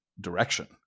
direction